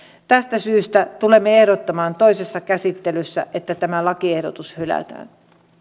tästä syystä tulemme ehdottamaan toisessa käsittelyssä että tämä lakiehdotus hylätään